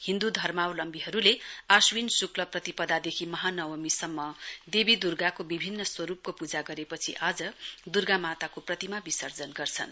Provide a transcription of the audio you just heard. हिन्द धर्मावलम्बीहरुले आश्विन शुक्ल प्रतिपदादेखि महानवमीसम्म देवी दुर्गाको विभिन्न स्वरुपको पूजा गरेपछि आज दुर्गा माताको प्रतिमा विसर्जन गर्छन्